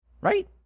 Right